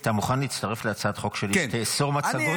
אתה מוכן להצטרף להצעת חוק שלי שתאסור מצגות?